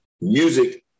music